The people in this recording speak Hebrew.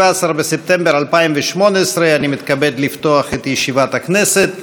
17 בספטמבר 2018. אני מתכבד לפתוח את ישיבת הכנסת.